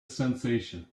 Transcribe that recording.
sensation